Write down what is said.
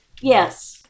Yes